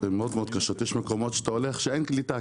יש מקומות שאין שם קליטה.